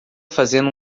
fazendo